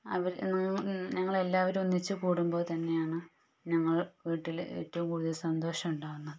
അവർ ഞങ്ങളെല്ലാവരും ഒന്നിച്ച് കൂടുമ്പോൾ തന്നെയാണ് ഞങ്ങൾ വീട്ടിൽ ഏറ്റവും കൂടുതൽ സന്തോഷമുണ്ടാകുന്നത്